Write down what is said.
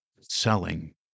selling